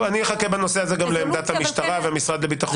אני אחכה בנושא הזה גם לעמדת המשטרה והמשרד לביטחון פנים.